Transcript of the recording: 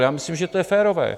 Já myslím, že to je férové.